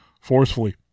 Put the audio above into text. forcefully